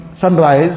sunrise